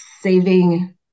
saving